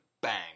bang